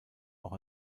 auch